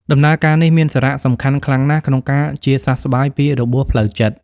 ដំណើរការនេះមានសារៈសំខាន់ខ្លាំងណាស់ក្នុងការជាសះស្បើយពីរបួសផ្លូវចិត្ត។